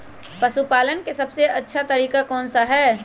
पशु पालन का सबसे अच्छा तरीका कौन सा हैँ?